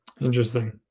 Interesting